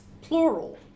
plural